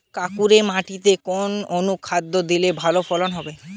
কাঁকুরে মাটিতে কোন অনুখাদ্য দিলে ভালো ফলন হবে?